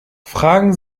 fragen